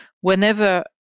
whenever